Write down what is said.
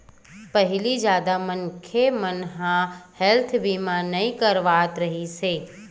पहिली जादा मनखे मन ह हेल्थ बीमा नइ करवात रिहिस हे